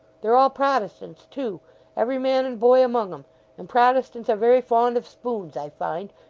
they're all protestants too every man and boy among em and protestants are very fond of spoons, i find,